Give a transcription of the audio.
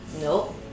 Nope